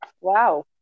Wow